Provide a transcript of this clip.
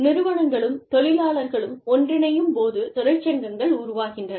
நிறுவனங்களும் தொழிலாளர்களும் ஒன்றினையும் போது தொழிற்சங்கங்கள் உருவாகின்றன